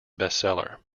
bestseller